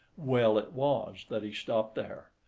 well it was that he stopped there.